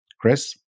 Chris